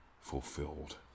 fulfilled